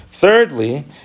Thirdly